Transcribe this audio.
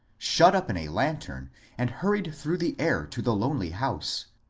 shut up in a lantern and hurried through the air to the lonely house.